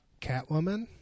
Catwoman